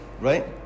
Right